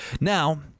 Now